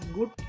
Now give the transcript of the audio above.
Good